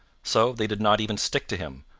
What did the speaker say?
so they did not even stick to him,